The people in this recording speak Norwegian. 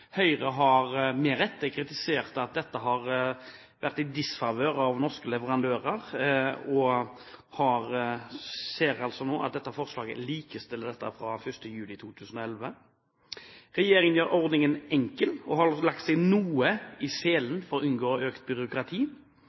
Høyre har med rette kritisert at dette har vært i norske leverandørers disfavør, og ser altså nå at man med dette forslaget likestiller dette fra 1. juli 2011. Regjeringens ordning er enkel, og man har lagt seg noe i selen for å unngå økt byråkrati.